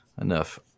enough